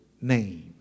name